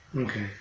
Okay